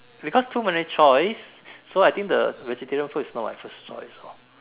because too many choice so I think the vegetarian food is not my first choice hor